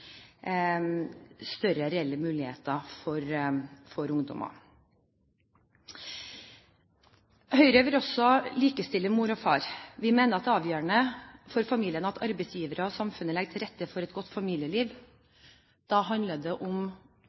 større reelle muligheter for ungdommer. Høyre vil også likestille mor og far. Vi mener at det er avgjørende for familien at arbeidsgivere og samfunnet legger til rette for et godt familieliv. Da handler det også om